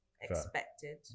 expected